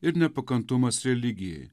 ir nepakantumas religijai